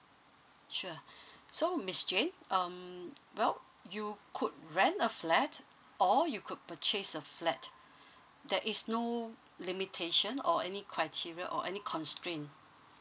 sure so miss jane um well you could rent a flat or you could purchase a flat that is no limitation or any criteria or any constraint